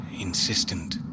insistent